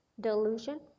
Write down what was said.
delusion